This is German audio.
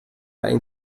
ein